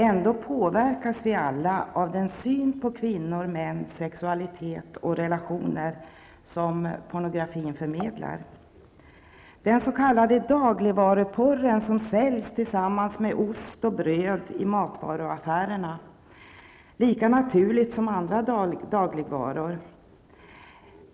Ändå påverkas vi alla av den syn på kvinnor, män, sexualitet och relationer som pornografin förmedlar. Den s.k. dagligvaruporren säljs tillsammans med ost och bröd i matvaruaffärerna lika naturligt som andra dagligvaror.